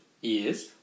yes